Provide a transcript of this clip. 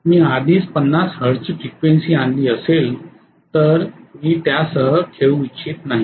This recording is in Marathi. मी आधीच 50 हर्ट्जची फ्रिक्वेन्सी आणली असेल तर मी त्यासह खेळू इच्छित नाही